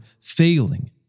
failing